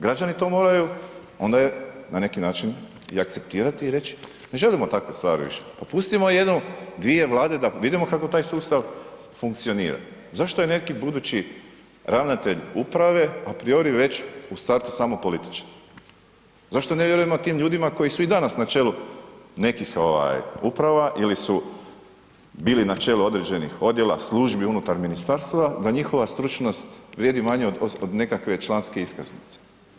Građani to moraju, onda je na neki način i akceptirati i reći ne želimo takve stvari više, pa pustimo jednom dvije Vlade da vidimo kak taj sustav funkcionira, zašto je neki budući ravnatelj uprave apriori već u startu samo političar? zašto ne vjerujemo tim ljudima koji su i danas na čelu nekih uprava ili su bili na čelu određenih odjela, službi unutar ministarstva, da njihova stručnost vrijedi manje od nekakve članske iskaznice.